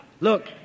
Look